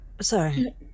Sorry